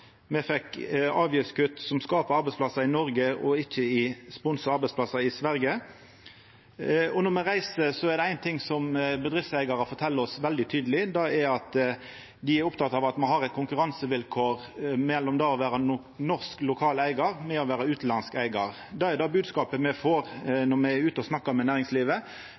Me fekk avgiftskutt som skapar arbeidsplassar i Noreg og ikkje sponsa arbeidsplassar i Sverige. Når me reiser rundt, er det ein ting bedriftseigarar fortel oss veldig tydeleg, og det er at dei er opptekne av konkurransevilkåra for norske, lokale eigarar samanlikna med utanlandske eigarar. Det er bodskapen me får når me er ute og snakkar med næringslivet. Det er berre så rart at ikkje dei andre partia, på den andre sida, får den same bodskapen og